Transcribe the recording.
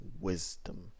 wisdom